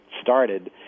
started